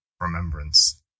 remembrance